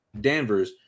Danvers